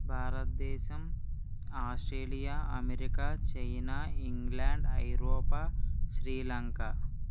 భారతదేశం Australia America China England ఐరోపా శ్రీ లంక